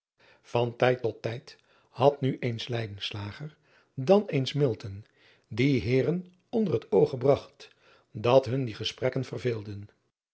an tijd tot tijd had nu eens dan eens die eeren onder het oog gebragt dat hun die gesprekken verveelden